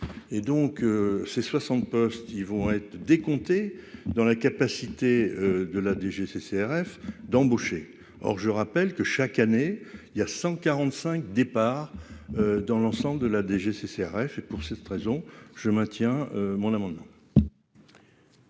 et donc c'est 60 postes, ils vont être décompté dans la capacité de la DGCCRF d'embaucher, or je rappelle que chaque année il y a 145 départ dans l'ensemble de la DGCCRF et pour cette raison, je maintiens mon amendement.